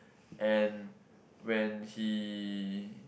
and when he